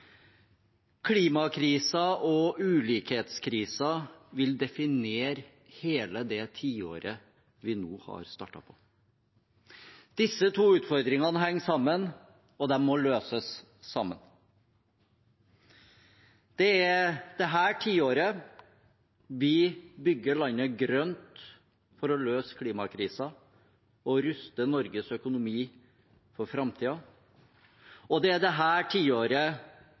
og ulikhetskrisen vil definere hele det tiåret vi nå har startet på. Disse to utfordringene henger sammen, og de må løses sammen. Det er dette tiåret vi bygger landet grønt for å løse klimakrisen og ruste Norges økonomi for framtiden, og det er dette tiåret